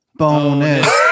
Bonus